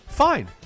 Fine